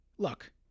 Look